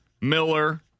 Miller